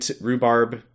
Rhubarb